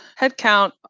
headcount